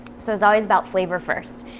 so it's always about flavor first.